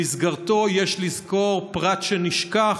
שבמסגרתו יש לזכור פרט שנשכח: